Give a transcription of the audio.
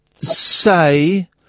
say